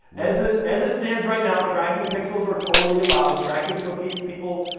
as it as it stands right now, tracking pixels are totally allowed, tracking cookies, people,